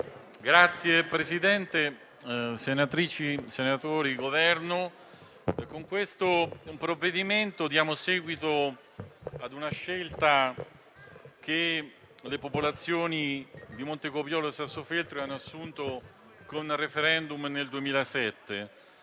senatori, signori membri del Governo, con questo provvedimento diamo seguito a una scelta che le popolazioni di Montecopiolo e Sassofeltrio hanno assunto con *referendum* nel 2007.